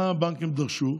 מה הבנקים דרשו?